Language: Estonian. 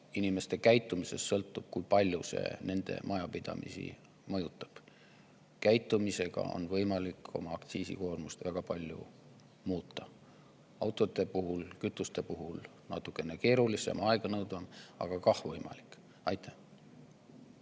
inimeste käitumisest sõltub see, kui palju need nende majapidamisi mõjutavad. Käitumisega on võimalik oma aktsiisikoormust väga palju muuta. Autode ja kütuste puhul on see natuke keerulisem, aeganõudvam, aga on ka võimalik. Evelin